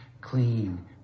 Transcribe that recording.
clean